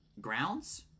grounds